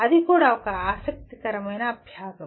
అది కూడా ఒక ఆసక్తికరమైన అభ్యాసం